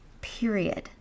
Period